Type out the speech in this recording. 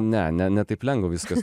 ne ne ne taip lengva viskas